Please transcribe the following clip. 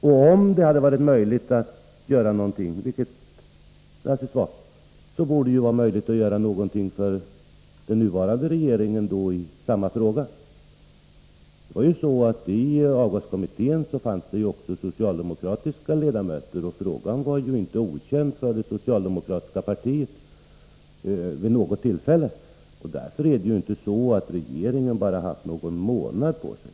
Och om det hade varit möjligt att göra något mer — vilket det naturligtvis var — borde det vara möjligt för den nuvarande regeringen att göra något i samma fråga. I avgaskommittén fanns också socialdemokratiska ledamöter, och ärendet var inte okänt för det socialdemokratiska partiet vid något tillfälle. Därför är det inte så att regeringen bara har haft någon månad på sig.